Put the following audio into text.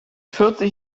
vierzig